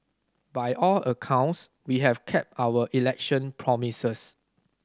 by all accounts we have kept our election promises